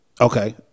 okay